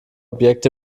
objekt